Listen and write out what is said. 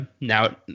now